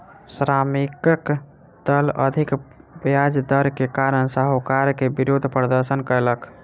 श्रमिकक दल अधिक ब्याज दर के कारण साहूकार के विरुद्ध प्रदर्शन कयलक